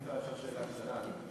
אפשר לשאול שאלה קטנה?